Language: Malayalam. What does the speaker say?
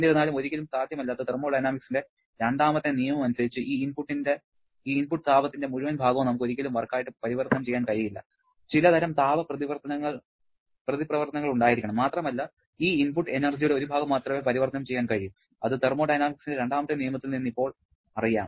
എന്നിരുന്നാലും ഒരിക്കലും സാധ്യമല്ലാത്ത തെർമോഡൈനാമിക്സിന്റെ രണ്ടാമത്തെ നിയമമനുസരിച്ച് ഈ ഇൻപുട്ട് താപത്തിന്റെ മുഴുവൻ ഭാഗവും നമുക്ക് ഒരിക്കലും വർക്കായിട്ട് പരിവർത്തനം ചെയ്യാൻ കഴിയില്ല ചിലതരം താപ പ്രതിപ്രവർത്തനങ്ങൾ ഉണ്ടായിരിക്കണം മാത്രമല്ല ഈ ഇൻപുട്ട് എനർജിയുടെ ഒരു ഭാഗം മാത്രമേ പരിവർത്തനം ചെയ്യാൻ കഴിയൂ അത് നമുക്ക് തെർമോഡയനാമിക്സിന്റെ രണ്ടാമത്തെ നിയമത്തിൽ നിന്ന് ഇപ്പോൾ അറിയാം